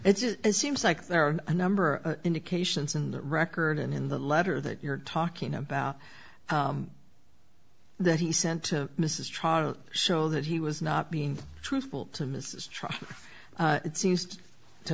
it's it seems like there are a number of indications in the record and in the letter that you're talking about that he sent to mrs try to show that he was not being truthful to mrs trotter it seems to